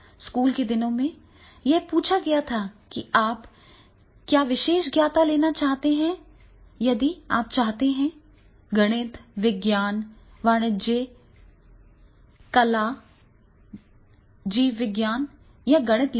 school के दिनों में यह पूछा गया था कि आप क्या विशेषज्ञता लेना चाहते हैं यदि आप चाहते हैं गणित विज्ञान वाणिज्य ले लो या आप कला जीव विज्ञान या गणित लेना चाहते हैं